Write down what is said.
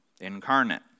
incarnate